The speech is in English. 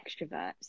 extroverts